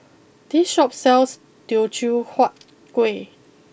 this Shop sells Teochew Huat Kuih